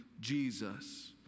Jesus